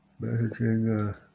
Messaging